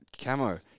camo